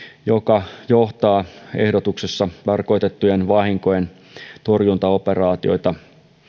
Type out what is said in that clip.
joka johtaa ehdotuksessa tarkoitettujen vahinkojen torjuntaoperaatioita